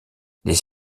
les